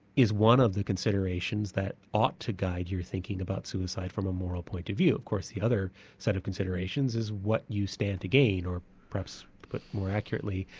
is one of the considerations that ought to guide you thinking about suicide from a moral point of view. of course the other set of considerations is what you stand to gain, or perhaps but more accurately,